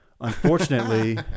Unfortunately